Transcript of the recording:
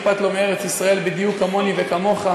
אכפת לו מארץ-ישראל בדיוק כמו לי ולך.